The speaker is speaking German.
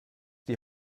die